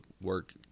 work